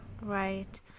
right